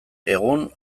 egun